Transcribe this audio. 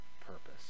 purpose